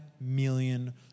million